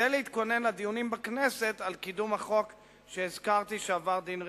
כדי להתכונן לדיונים בכנסת על קידום החוק שהזכרתי שעבר דין רציפות.